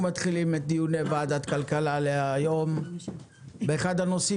אנחנו פותחים את דיוני ועדת הכלכלה להיום באחד הנושאים